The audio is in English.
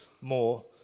more